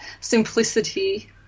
Simplicity